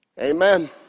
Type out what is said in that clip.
Amen